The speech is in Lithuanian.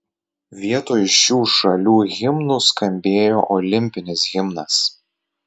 vietoj šių šalių himnų skambėjo olimpinis himnas